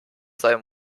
sein